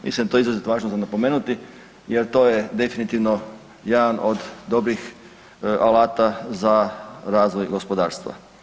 Mislim da je to izrazito važno napomenuti jer to je definitivno jedan od dobrih alata za razvoj gospodarstva.